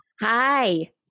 hi